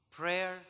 Prayer